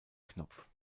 knopf